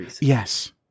yes